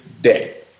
day